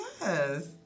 yes